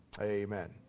Amen